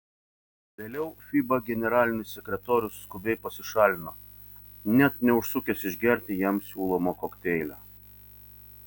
vėliau fiba generalinis sekretorius skubiai pasišalino net neužsukęs išgerti jam siūlomo kokteilio